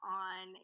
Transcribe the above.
on